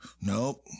Nope